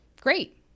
Great